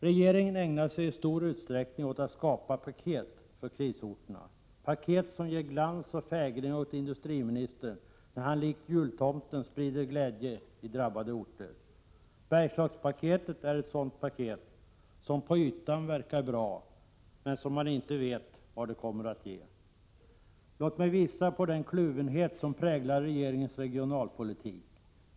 Regeringen ägnar sig i stor utsträckning åt att skapa paket för krisorterna, paket som ger glans och fägring åt industriministern när han likt jultomten sprider glädje i drabbade orter. Bergslagspaketet är ett sådant paket, som på ytan verkar bra men som inte någon vet vad det ger. Låt mig visa på den kluvenhet som präglar regeringens regionalpolitik.